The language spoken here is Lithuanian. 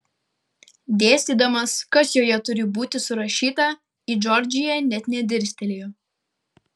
dėstydamas kas joje turi būti surašyta į džordžiją net nedirstelėjo